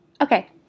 Okay